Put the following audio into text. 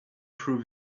prove